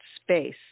space